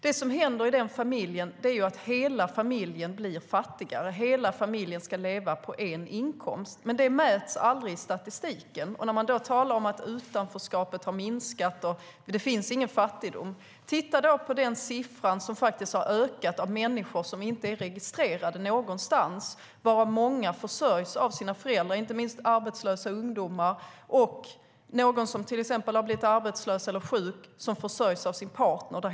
Det som händer då är att hela familjen blir fattigare. Hela familjen ska leva på en inkomst. Det mäts aldrig i statistiken. Man talar om att utanförskapet har minskat och att det inte finns någon fattigdom. Men antalet människor som inte är registrerade någonstans har ökat. Många av dem försörjs av sina föräldrar, inte minst arbetslösa ungdomar. Den som till exempel blivit arbetslös eller sjuk får försörjas av partnern.